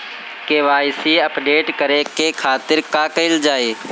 KYC update करे के खातिर का कइल जाइ?